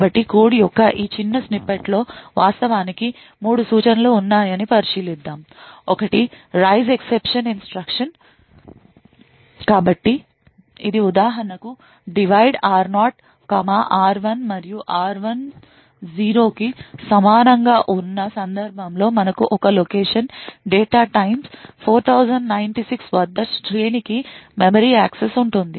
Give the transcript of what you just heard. కాబట్టి కోడ్ యొక్క ఈ చిన్న స్నిప్పెట్ లో వాస్తవానికి 3 సూచనలు ఉన్నాయని పరిశీలిద్దాం ఒకటి రైజ్ ఎక్సెప్షన్ ఇన్స్ట్రక్షన్ కాబట్టి ఇది ఉదాహరణకు డివైడ్ r0 కామా r1 మరియు r1 0 కి సమానంగా ఉన్న సందర్భంలో మనకు ఒక లొకేషన్ డేటా టైమ్స్ 4096 వద్ద శ్రేణికి మెమరీ యాక్సెస్ ఉంటుంది